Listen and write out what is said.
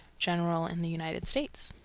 general in the united states.